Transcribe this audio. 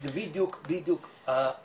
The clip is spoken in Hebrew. זאת בדיוק הנקודה,